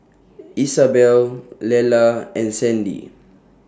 Isabell Lelah and Sandy